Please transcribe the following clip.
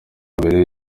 mbere